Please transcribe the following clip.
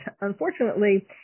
Unfortunately